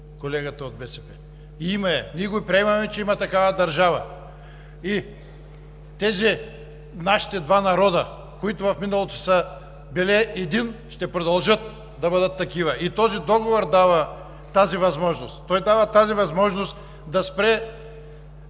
колегата от БСП. Има я! Ние приемаме, че има такава държава и тези два народа, които в миналото са били един, ще продължат да бъдат такива и Договорът дава тази възможност. Той дава възможност да спре